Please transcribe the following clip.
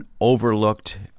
overlooked